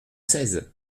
seize